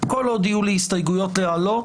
כל עוד יהיו לי הסתייגויות להעלות,